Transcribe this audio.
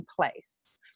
place